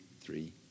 three